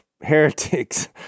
heretics